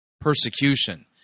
Persecution